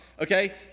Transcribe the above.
okay